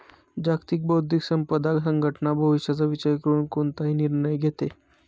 जागतिक बौद्धिक संपदा संघटना भविष्याचा विचार करून कोणताही निर्णय घेते